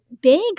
big